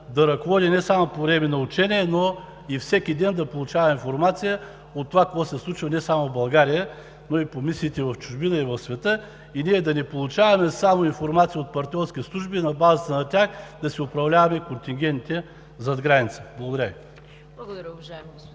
да ръководи не само по време на учение, но и всеки един да получава информация от това какво се случва не само в България, но и по мисиите в чужбина и в света и ние да не получаваме информация само от партньорски служби и на базата на тях да си управляваме контингентите зад граница. Благодаря